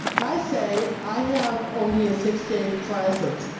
i say i have only a six-days' license.